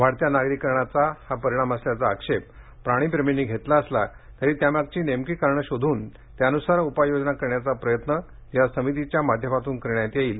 वाढत्या नागरीकरणाचा हा परिणाम असल्याचा आक्षेप प्राणीप्रेमींनी घेतला असला तरी त्यामागची नेमकी करणं शोधून त्यानुसार उपाय योजना करण्याचा प्रयत्न या समितीच्या माध्यमातून होणार आहे